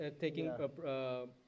taking